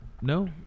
No